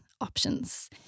options